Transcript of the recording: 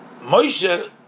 Moshe